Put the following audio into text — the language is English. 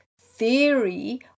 theory